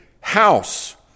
house